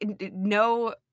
no